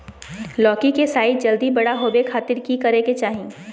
लौकी के साइज जल्दी बड़ा होबे खातिर की करे के चाही?